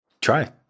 try